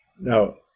Now